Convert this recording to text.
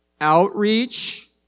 outreach